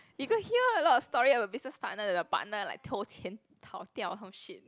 you got hear a lot of story of the business partner the partner like 投钱跑掉 or some shit